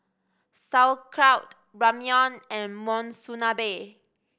Sauerkraut Ramyeon and Monsunabe